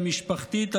המשפחתית,